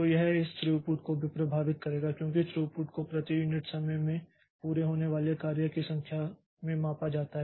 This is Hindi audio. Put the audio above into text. तो यह इस थ्रूपुट को भी प्रभावित करेगा क्योंकि थ्रूपुट को प्रति यूनिट समय में पूरे होने वाले कार्य की संख्या में मापा जाता है